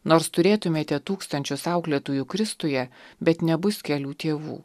nors turėtumėte tūkstančius auklėtojų kristuje bet nebus kelių tėvų